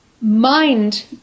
Mind